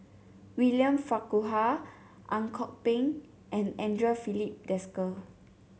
William Farquhar Ang Kok Peng and Andre Filipe Desker